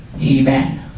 Amen